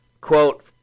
Quote